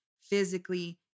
physically